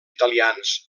italians